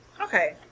Okay